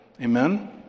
Amen